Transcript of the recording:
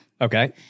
Okay